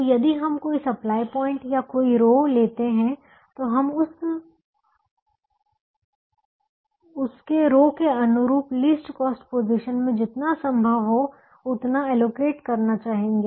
तो यदि हम कोई सप्लाई प्वाइंट या कोई रो लेते हैं तो हम उस के रो के अनुरूप लीस्ट कॉस्ट पोजीशन में जितना संभव हो उतना एलोकेट करना चाहेंगे